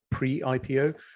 pre-IPO